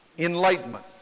Enlightenment